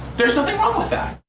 there's nothing wrong with that.